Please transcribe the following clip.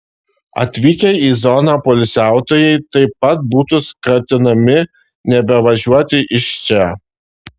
atvykę į zoną poilsiautojai taip pat būtų skatinami nebevažiuoti iš čia